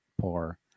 poor